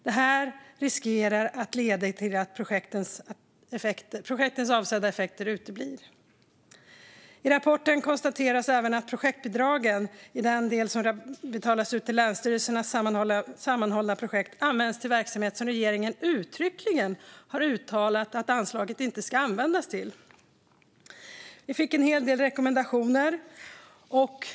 Detta riskerar att leda till att projektens avsedda effekter uteblir. I rapporten konstateras även att projektbidragen i den del som betalas ut till länsstyrelsernas sammanhållna projekt används till verksamhet som regeringen uttryckligen har uttalat att anslaget inte ska användas till. Vi fick en hel del rekommendationer.